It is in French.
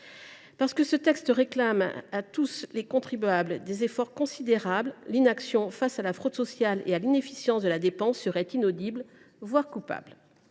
Parce que ce texte impose à tous les contribuables des efforts considérables, l’inaction face à la fraude sociale et à l’inefficience de la dépense serait inaudible, voire coupable.